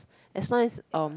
as long as um